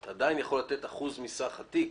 אתה עדיין יכול לתת אחוז מסך התיק,